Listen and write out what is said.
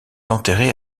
enterré